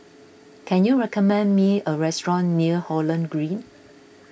can you recommend me a restaurant near Holland Green